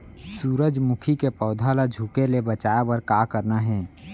सूरजमुखी के पौधा ला झुके ले बचाए बर का करना हे?